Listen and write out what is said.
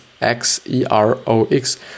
x-e-r-o-x